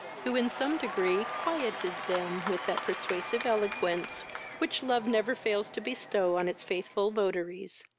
who, in some degree, quieted them with that persuasive eloquence which love never fails to bestow on its faithful votaries.